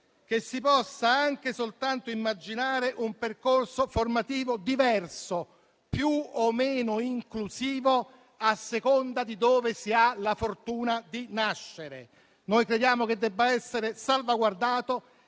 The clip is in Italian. che si possa anche soltanto immaginare un percorso formativo diverso, più o meno inclusivo, a seconda di dove si ha la fortuna di nascere. Noi crediamo che debba essere salvaguardato